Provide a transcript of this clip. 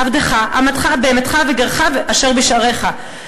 עבדך ואמתך ובהמתך וגרך אשר בשעריך.